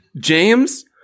james